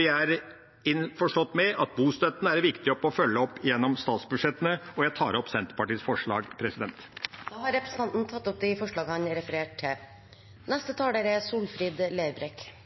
Vi er innforstått med at det er viktig å følge opp bostøtten gjennom statsbudsjettene. Jeg tar opp Senterpartiets forslag samt de forslagene vi har sammen med SV. Representanten Per Olaf Lundteigen har tatt opp de forslagene han refererte til.